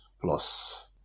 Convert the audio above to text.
plus